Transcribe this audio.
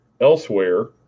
elsewhere